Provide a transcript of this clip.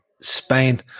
Spain